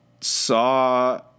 Saw